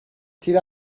تیر